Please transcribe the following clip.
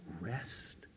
rest